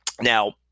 Now